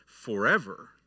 forever